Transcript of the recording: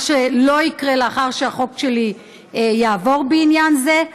מה שלא יקרה לאחר שהחוק שלי יעבור בעניין זה.